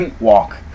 walk